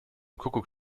kuckuck